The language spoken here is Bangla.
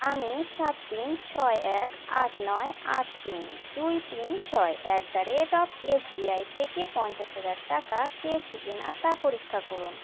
আমি সাত তিন ছয় এক আট নয় আট তিন দুই তিন ছয় at the rate of SBI থেকে পঞ্চাশ হাজার টাকা পেয়েছি কিনা তা পরীক্ষা করুন